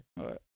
right